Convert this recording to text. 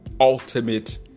ultimate